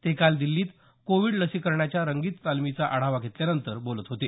ते काल दिल्लीत कोविड लसीकरणाच्या रंगीत तालिमीचा आढावा घेतल्यानंतर बोलत होते